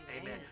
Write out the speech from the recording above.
Amen